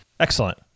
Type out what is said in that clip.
Excellent